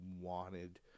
wanted